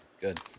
Good